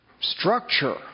structure